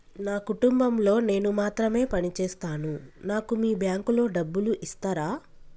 నా కుటుంబం లో నేను మాత్రమే పని చేస్తాను నాకు మీ బ్యాంకు లో డబ్బులు ఇస్తరా?